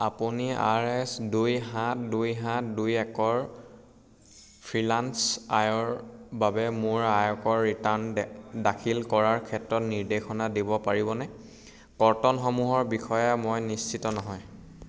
আপুনি R S দুই সাত দুই সাত দুই একৰ ফ্ৰিলান্স আয়ৰ বাবে মোৰ আয়কৰ ৰিটাৰ্ণ দাখিল কৰাৰ ক্ষেত্ৰত নিৰ্দেশনা দিব পাৰিবনে কৰ্তনসমূহৰ বিষয়ে মই নিশ্চিত নহয়